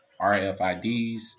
RFIDs